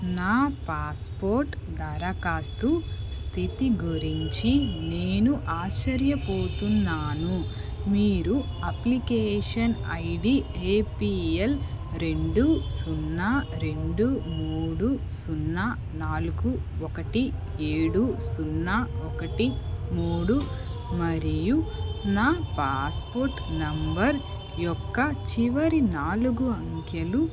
నా పాస్పోర్ట్ దరఖాస్తు స్థితి గురించి నేను ఆశ్చర్యపోతున్నాను మీరు అప్లికేషన్ ఐడి ఏపిఎల్ రెండు సున్నా రెండు మూడు సున్నా నాలుగు ఒకటి ఏడు సున్నా ఒకటి మూడు మరియు నా పాస్పోర్ట్ నంబర్ యొక్క చివరి నాలుగు అంకెలు